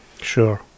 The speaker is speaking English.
Sure